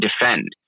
defend